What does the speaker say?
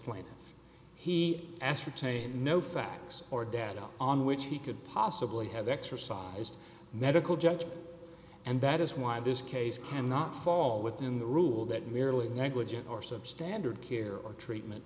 plant he ascertained no facts or data on which he could possibly have exercised medical judgment and that is why this case can not fall within the rule that merely negligent or substandard care or treatment